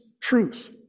truth